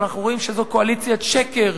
אבל אנחנו רואים שזו קואליציית שקר,